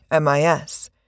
MIS